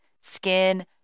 skin